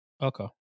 Okay